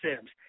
Sims